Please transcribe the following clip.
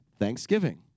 Thanksgiving